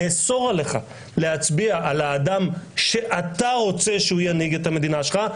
נאסור עליך להצביע לאדם שאתה רוצה שינהיג את המדינה שלך,